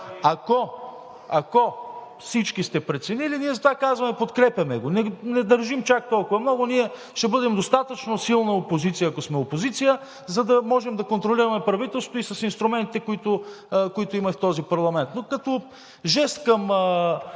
Ако всички сте преценили, ние затова казваме – подкрепяме го. Не държим чак толкова много. Ние ще бъдем достатъчно силна опозиция, ако сме опозиция, за да можем да контролираме правителството и с инструментите, които имаме в този парламент. Но като жест към